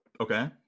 Okay